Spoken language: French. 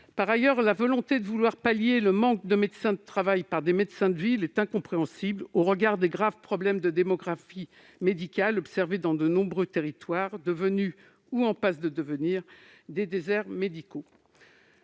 Par ailleurs, la volonté de pallier le manque de médecins du travail par des médecins de ville est incompréhensible au regard des graves problèmes de démographie médicale observés dans de nombreux territoires, qui sont sur le point de devenir- ou sont déjà -des déserts médicaux.